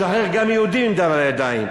שחרר גם יהודי עם דם על הידיים.